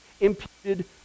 imputed